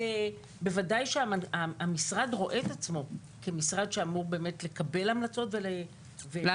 ובוודאי שהמשרד רואה את עצמו כמשרד שאמור לקבל המלצות ולהנחות.